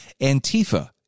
Antifa